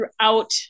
throughout